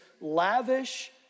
lavish